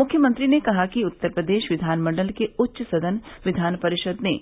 मुख्यमंत्री ने कहा कि उत्तर प्रदेश विधानमंडल के उच्च सदन विधान परिषद ने